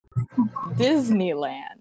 disneyland